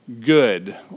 good